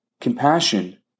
Compassion